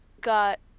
got